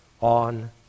on